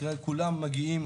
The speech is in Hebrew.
כולם מגיעים